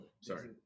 Sorry